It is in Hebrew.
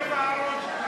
חוק השידור הציבורי (תיקון מס' 2),